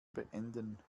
beenden